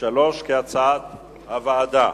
3 כהצעת הוועדה.